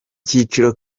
cyiciro